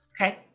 Okay